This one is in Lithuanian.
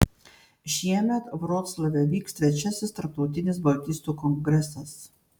šiemet vroclave vyks trečiasis tarptautinis baltistų kongresas